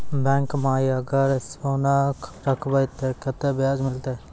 Bank माई अगर सोना राखबै ते कतो ब्याज मिलाते?